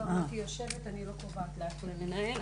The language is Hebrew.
מטי יושבת, ואני לא קובעת לה איך לנהל.